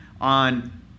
on